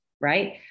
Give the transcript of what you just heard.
right